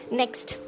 next